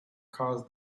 caused